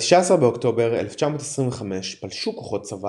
ב-19 באוקטובר 1925 פלשו כוחות צבא